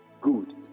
good